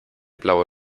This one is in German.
blaue